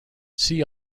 see